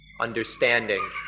understanding